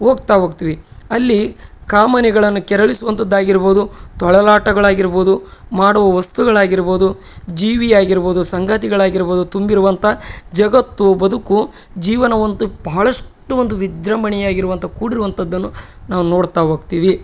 ಹೋಗ್ತಾ ಹೋಗ್ತೀವಿ ಅಲ್ಲಿ ಕಾಮನೆಗಳನ್ನು ಕೆರಳಿಸುವಂತದ್ದಾಗಿರಬೌದು ತೊಳಲಾಟಗಳಾಗಿರಬೌದು ಮಾಡುವ ವಸ್ತುಗಳಾಗಿರಬೌದು ಜೀವಿಯಾಗಿರಬೌದು ಸಂಗತಿಗಳಾಗಿರಬೌದು ತುಂಬಿರುವಂಥ ಜಗತ್ತು ಬದುಕು ಜೀವನವಂತೂ ಬಹಳಷ್ಟು ಒಂದು ವಿಜೃಂಭಣೆಯಾಗಿರುವಂಥ ಕೂಡಿರುವಂಥದ್ದನ್ನು ನಾವು ನೋಡ್ತಾ ಹೋಗ್ತೀವಿ